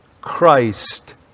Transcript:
Christ